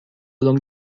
long